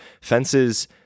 Fences